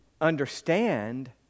understand